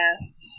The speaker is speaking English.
Yes